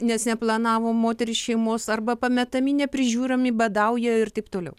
nes neplanavo moteris šeimos arba pametami neprižiūrimi badauja ir taip toliau